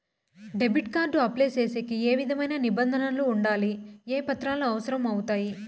Debit card apply సేసేకి ఏ విధమైన నిబంధనలు ఉండాయి? ఏ పత్రాలు అవసరం అవుతాయి?